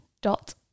dot